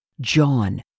John